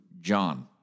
John